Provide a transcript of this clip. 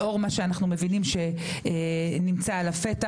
לאור מה שנחנו מבינים שנמצא על הפתח,